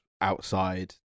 outside